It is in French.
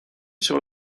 sur